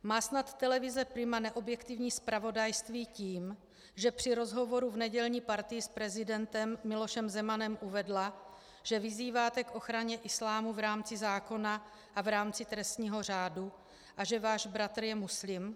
Má snad televize Prima neobjektivní zpravodajství tím, že při rozhovoru v nedělní Partii s prezidentem Milošem Zemanem uvedla, že vyzýváte k ochraně islámu v rámci zákona a v rámci trestního řádu a že váš bratr je muslim?